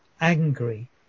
angry